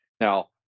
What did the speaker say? now